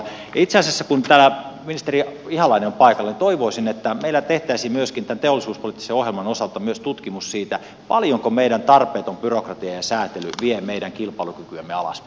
itse asiassa kun täällä ministeri ihalainen on paikalla toivoisin että meillä tehtäisiin myöskin tämän teollisuuspoliittisen ohjelman osalta tutkimus siitä paljonko meidän tarpeeton byrokratiamme ja sääntelymme vie meidän kilpailukykyämme alaspäin